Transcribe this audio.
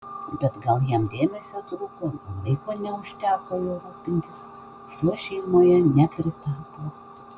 bet gal jam dėmesio trūko gal laiko neužteko juo rūpintis šuo šeimoje nepritapo